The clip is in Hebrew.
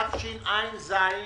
התשע"ז,